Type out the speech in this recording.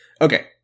Okay